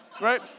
Right